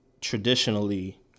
traditionally